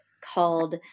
called